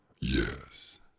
Yes